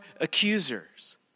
accusers